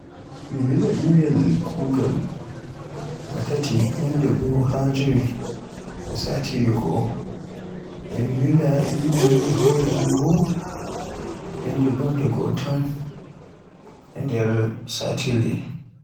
Mi Lila email kugaal baa tati yanndegoo haa nde jewi e satire goo. E mi Lila email hore am bo yanndegoo nde goo tan e satire.